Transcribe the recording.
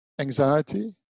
anxiety